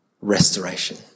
restoration